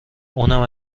اونم